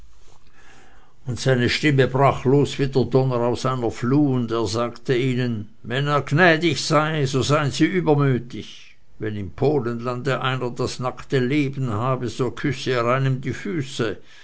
und seine stimme brach los wie der donner aus einer fluh und er sagte ihnen wenn er gnädig sei so seien sie übermütig wenn im polenlande einer das nackte leben habe so küsse er einem die füße